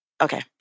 Okay